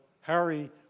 Harry